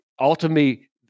ultimately